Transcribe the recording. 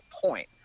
point